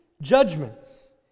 judgments